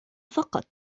فقط